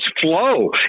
flow